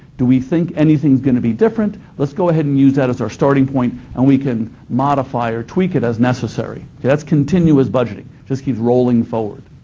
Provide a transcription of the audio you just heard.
do we think anything's going to be different? let's go ahead and use that as our starting point, and we can modify or tweak it as necessary. okay, that's continuous budgeting. just keeps rolling forward.